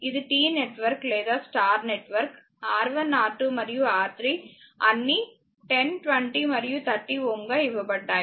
ఇది T network లేదా star network R1 R2 మరియు R3 అన్నీ 10 20 మరియు 30 Ω గా ఇవ్వబడ్డాయి